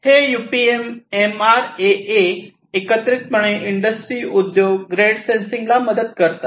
हे UPM MRAA एकत्रितपणे industry उद्योग ग्रेड सेन्सिंगला मदत करतात